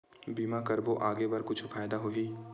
बीमा करबो आगे बर कुछु फ़ायदा होही?